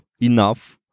enough